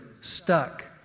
stuck